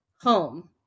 home